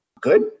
good